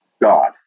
God